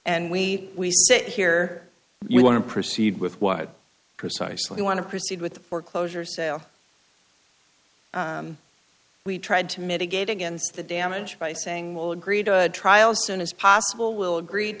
and we we sit here we want to proceed with what precisely want to proceed with the foreclosure sale we tried to mitigate against the damage by saying we'll agree to a trial as soon as possible we'll agree